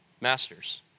Masters